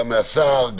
גם מהשר,